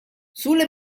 sulle